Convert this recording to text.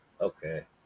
okay